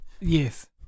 Yes